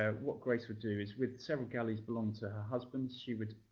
ah what grace would do is, with several galleys belonging to her husband, she would